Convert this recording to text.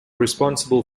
responsible